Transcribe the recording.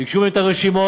ביקשו מהם את הרשימות,